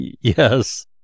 yes